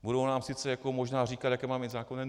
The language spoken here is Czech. Budou nám sice jako možná říkat, jaké máme mít zákony.